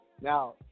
Now